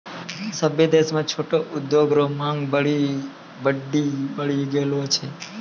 सभ्भे देश म छोटो उद्योग रो मांग बड्डी बढ़ी गेलो छै